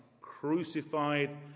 crucified